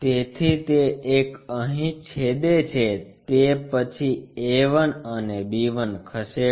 તેથી તે એક અહી છેદે છે તે પછી a 1 અને b 1 ખસેડો